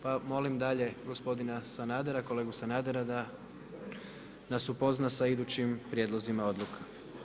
Pa molim dalje gospodina Sanadera, kolegu Sanadera da nas upozna sa idućim prijedlozima odluka.